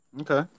Okay